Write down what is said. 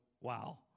wow